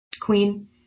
Queen